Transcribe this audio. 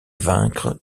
vaincre